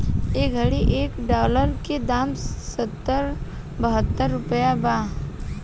ए घड़ी मे एक डॉलर के दाम सत्तर बहतर रुपइया बा